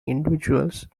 individuals